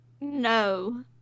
No